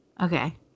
Okay